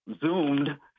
zoomed